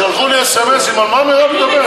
אז שלחו לי סמ"סים: על מה מירב מדברת?